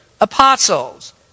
apostles